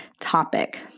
topic